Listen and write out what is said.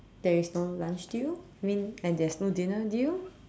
there is no lunch deal mean and there is no dinner deal